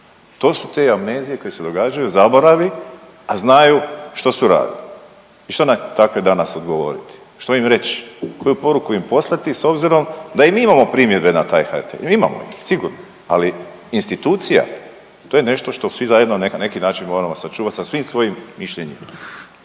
To su te amnezije koje se događaju, zaboravi, a znaju šta su radili i što na takve danas odgovoriti, što im reć, koju poruku im poslati s obzirom da i mi imamo primjedbe na taj HRT, imamo ih sigurno, ali institucija, to je nešto što svi zajedno na neki način moramo sačuvat sa svim svojim mišljenima.